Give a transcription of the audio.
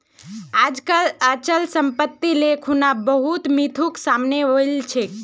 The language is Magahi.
आजकल अचल सम्पत्तिक ले खुना बहुत मिथक सामने वल छेक